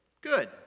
Good